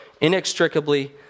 inextricably